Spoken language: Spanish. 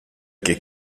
que